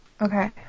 Okay